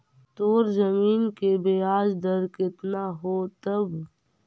तोर जमीन के ब्याज दर केतना होतवऽ?